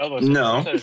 No